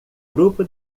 grupo